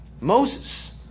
Moses